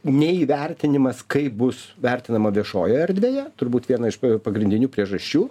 neįvertinimas kaip bus vertinama viešojoje erdvėje turbūt viena iš pagrindinių priežasčių